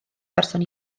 person